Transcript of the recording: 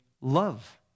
love